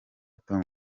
tom